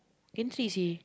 gantry seh